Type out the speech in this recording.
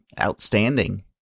outstanding